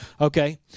Okay